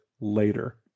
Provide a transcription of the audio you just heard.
later